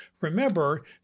Remember